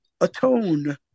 atone